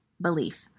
belief